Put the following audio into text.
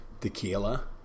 tequila